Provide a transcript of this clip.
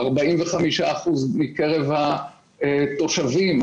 שזה 45% מקרב התושבים.